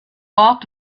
ort